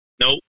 Nope